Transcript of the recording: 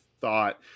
thought